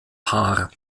paar